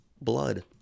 blood